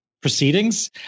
proceedings